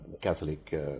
Catholic